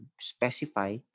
specify